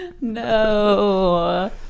No